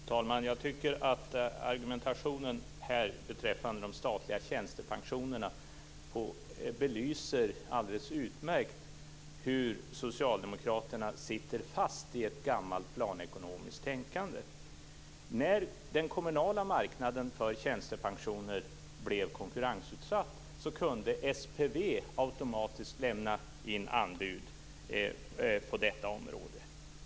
Herr talman! Jag tycker att argumentationen beträffande de statliga tjänstepensionerna alldeles utmärkt belyser hur socialdemokraterna sitter fast i ett gammal planekonomiskt tänkande. När den kommunala marknaden för tjänstepensioner blev konkurrensutsatt kunde SPV automatiskt lämna in anbud på detta område.